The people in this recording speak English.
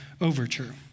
overture